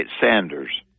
Sanders